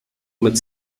mit